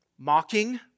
Mocking